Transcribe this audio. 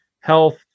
health